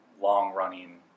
long-running